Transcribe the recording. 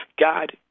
God